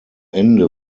ende